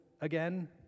again